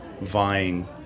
vying